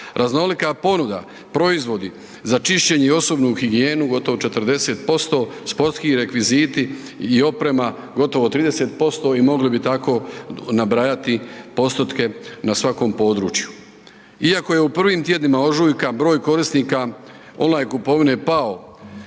Raznolika ponuda proizvodi za čišćenje i osobnu higijenu gotovo 40%. Sportski rekviziti i oprema gotovo 30% i mogli bi tako nabrajati postotke na svakom području. Iako je u prvim tjednima ožujka broj korisnika on line kupovine pao